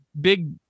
big